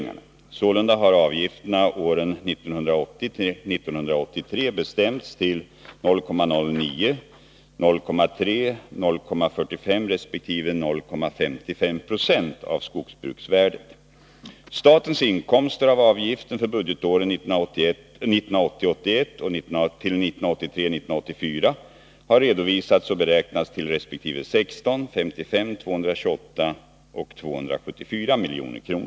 När det gäller förslag till skogspolitiska åtgärder i socialiserande riktning synes regeringens förslag och riksdagens beslut forceras fram i en takt som ur demokratisk synpunkt inte är tillfredsställande. Herr talman! Jag har faktiskt efterlyst en lagrådsremiss i detta sammanhang. Jag har då fått till svar att ärendet ännu inte överlämnats till granskning. Man kan undra vad detta är för ett hemlighetsmakeri. Eller är det kanske så att jordbruksministern och hans medarbetare helt har gått vilse och att man har svårt att hitta rätt igen?